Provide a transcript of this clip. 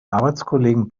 arbeitskollegen